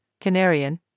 Canarian